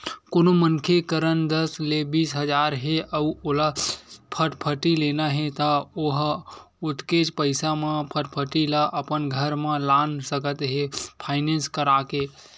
कोनो मनखे करन दस ले बीस हजार हे अउ ओला फटफटी लेना हे त ओ ह ओतकेच पइसा म फटफटी ल अपन घर म लान सकत हे फायनेंस करा के